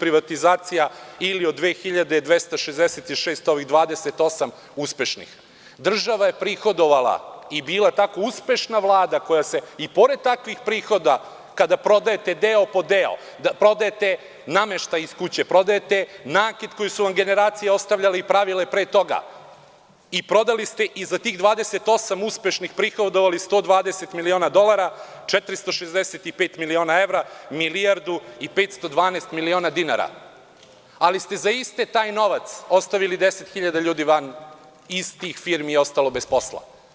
privatizacija ili od 2266 ovih 28 uspešnih, država je prihodovala i bila tako uspešna Vlada koja se i pored takvih prihoda kada prodajete deo po deo, prodajte nameštaj iz kuće, prodajte nakit koji su vam generacije ostavljale i pravile pre toga, i prodali ste i za tih 28 uspešnih, prihodovali 120 miliona dolara ,465 miliona evra, 1.512.000.000 dinara, ali ste za isti taj novac ostavili 10.000 ljudi van istih firmi, ostalo je bez posla.